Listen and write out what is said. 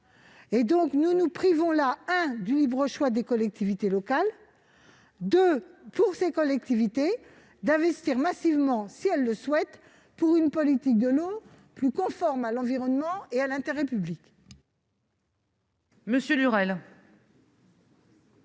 ! Nous nous privons là du libre choix des collectivités locales et nous les empêchons d'investir aussi massivement qu'elles le souhaitent, pour une politique de l'eau plus conforme à l'environnement et à l'intérêt public.